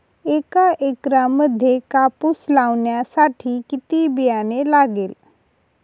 एका एकरामध्ये कापूस लावण्यासाठी किती बियाणे लागेल?